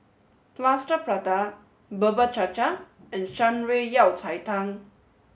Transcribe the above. Plaster Prata Bubur Cha Cha and Shan Rui Yao Cai Tang